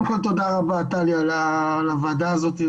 קודם כל, תודה רבה, טלי, על הוועדה הזאת.